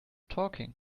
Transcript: talking